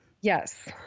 Yes